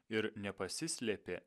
ir nepasislėpė